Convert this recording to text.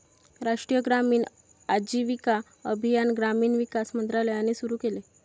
राष्ट्रीय ग्रामीण आजीविका अभियान ग्रामीण विकास मंत्रालयाने सुरू केले